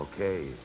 Okay